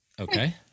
Okay